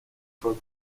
for